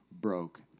broke